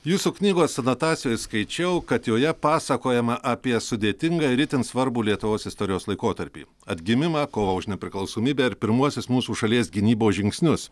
jūsų knygos anotacijoj skaičiau kad joje pasakojama apie sudėtingą ir itin svarbų lietuvos istorijos laikotarpį atgimimą kovą už nepriklausomybę ir pirmuosius mūsų šalies gynybos žingsnius